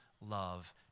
love